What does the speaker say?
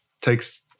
takes